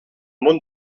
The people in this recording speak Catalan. món